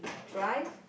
drive